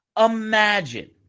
Imagine